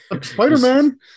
spider-man